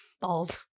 balls